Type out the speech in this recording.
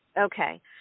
Okay